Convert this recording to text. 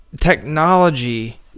technology